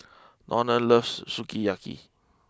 Donald loves Sukiyaki